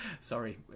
sorry